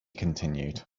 continued